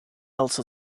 also